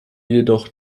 jedoch